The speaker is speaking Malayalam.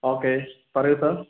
ഓകെ പറയൂ സാർ